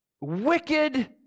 wicked